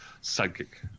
psychic